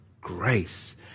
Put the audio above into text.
grace